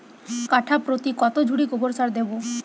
কাঠাপ্রতি কত ঝুড়ি গোবর সার দেবো?